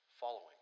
Following